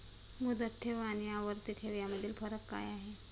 मुदत ठेव आणि आवर्ती ठेव यामधील फरक काय आहे?